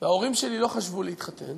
וההורים שלי לא חשבו להתחתן